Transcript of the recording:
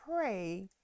pray